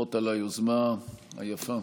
וברכות על היוזמה היפה.